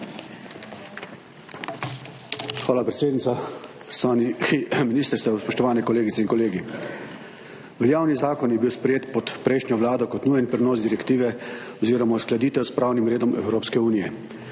Hvala, predsednica. Spoštovani ministrstva, spoštovane kolegice in kolegi! Veljavni zakon je bil sprejet pod prejšnjo vlado kot nujen prenos direktive oziroma uskladitev s pravnim redom Evropske unije.